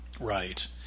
Right